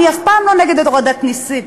אני אף פעם לא נגד הורדת מסים,